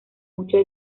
muchos